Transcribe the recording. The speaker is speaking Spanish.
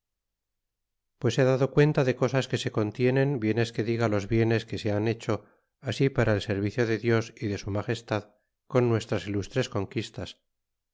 pues he dado cuenta de cosas que se contienen bien es que diga los bienes que se han hecho así para el servicio de dios y de su magestad con nuestras ilustres conquistas